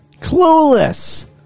Clueless